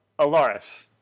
Alaris